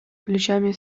плечами